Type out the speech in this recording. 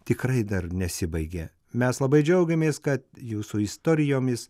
tikrai dar nesibaigė mes labai džiaugiamės kad jūsų istorijomis